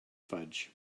fudge